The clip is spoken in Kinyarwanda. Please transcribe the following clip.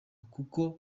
kuko